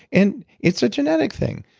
and it's a genetic thing.